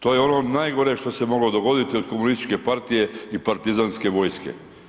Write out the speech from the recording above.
To je ono najgore što se moglo dogoditi od komunističke partije i partizanske vojske.